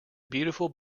beautiful